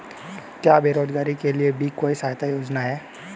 क्या बेरोजगारों के लिए भी कोई सहायता योजना है?